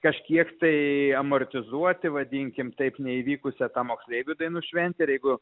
kažkiek tai amortizuoti vadinkim taip neįvykusią tą moksleivių dainų šventę ir jeigu